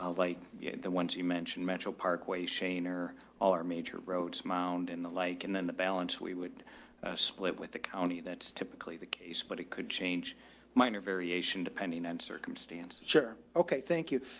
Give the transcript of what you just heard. like yeah the ones you mentioned, metro parkway, shaner, all our major roads mound in the lake, and then the balance we would split with the county. that's typically the case, but it could change minor variation depending on circumstances. sure. okay. thank you.